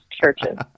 churches